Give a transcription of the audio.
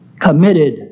Committed